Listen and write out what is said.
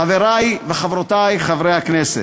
חברי וחברותי חברי הכנסת,